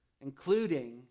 including